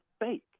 fake